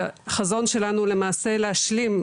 והחזון שלנו הוא למעשה להשלים,